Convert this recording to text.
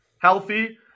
Healthy